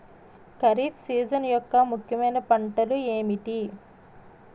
Kharif season యెక్క ముఖ్యమైన పంటలు ఏమిటీ?